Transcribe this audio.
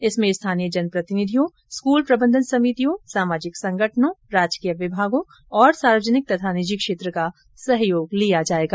इसमें स्थानीय जनप्रतिनिधियों स्कूल प्रबन्धन समितियों सामाजिक संगठनों राजकीय विमागों और सार्वजनिक तथा निजी क्षेत्र का सहयोग लिया जायेगा